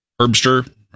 Herbster